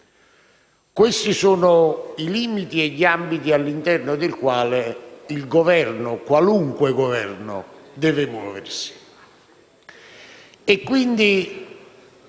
Questi sono i limiti e gli ambiti all'interno dei quali il Governo, qualunque Governo, deve muoversi.